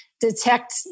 detect